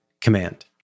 command